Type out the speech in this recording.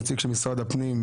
נציג של משרד הפנים,